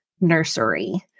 nursery